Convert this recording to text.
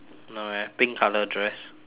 no eh pink colour dress